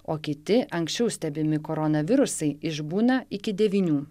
o kiti anksčiau stebimi koronavirusai išbūna iki devynių